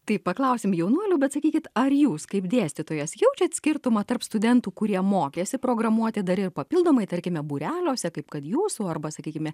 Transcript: tai paklausim jaunuolių bet sakykit ar jūs kaip dėstytojas jaučiat skirtumą tarp studentų kurie mokėsi programuoti dar ir papildomai tarkime būreliuose kaip kad jūsų arba sakykime